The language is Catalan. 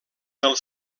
del